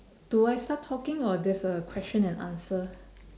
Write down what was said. do I start talking or there's a question and answer